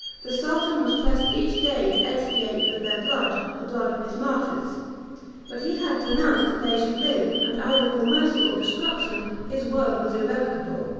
the sultan was pressed each day to expiate with their blood the blood of his martyrs but he had pronounced that they should live, and either for mercy or destruction his word was irrevocable.